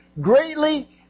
greatly